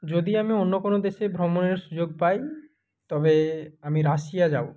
যদি আমি অন্য কোনো দেশে ভ্রমণের সুযোগ পাই তবে আমি রাশিয়া যাবো